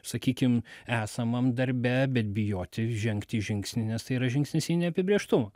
sakykim esamam darbe bet bijoti žengti žingsnį nes tai yra žingsnis į neapibrėžtumą